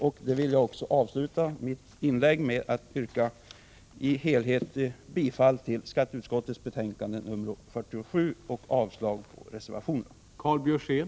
Även jag skall avsluta mitt inlägg med att yrka bifall till hemställan i skatteutskottets betänkande 47 och avslag på reservationerna.